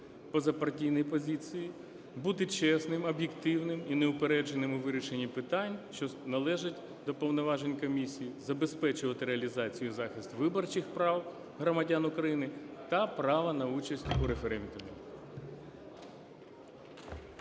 позапартійної позиції, бути чесним, об'єктивним і неупередженим у вирішені питань, що належать до повноважень Комісії, забезпечувати реалізацію і захист виборчих прав громадян України та право на участь у референдумі.